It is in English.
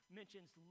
mentions